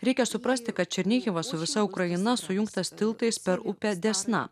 reikia suprasti kad černihivas su visa ukraina sujungtas tiltais per upę desna